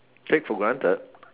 take for granted